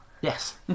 yes